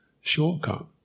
shortcut